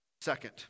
Second